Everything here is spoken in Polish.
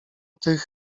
tych